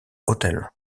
hotel